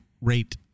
rate